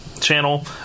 Channel